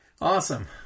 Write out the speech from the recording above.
awesome